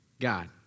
God